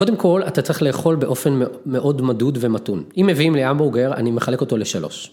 קודם כל, אתה צריך לאכול באופן מאוד מדוד ומתון. אם מביאים לי המברוגר, אני מחלק אותו לשלוש.